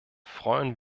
freuen